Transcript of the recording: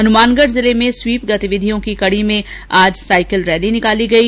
हनुमानगढ़ जिले में स्वीप गतिविधियों की कड़ी में आज साइकिल रैली निकाली गई